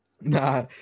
Nah